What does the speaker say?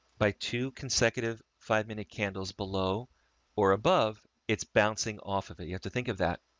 by two consecutive five minute candles below or above, it's bouncing off of it. you have to think of that.